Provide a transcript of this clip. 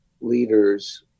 leaders